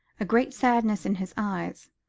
a great sadness in his eyes.